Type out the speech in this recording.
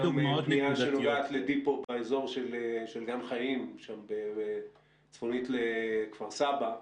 הגיעה אלי גם ידיעה שנוגעת לדיפו באזור של גן חיים צפונית לכפר סבא.